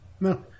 No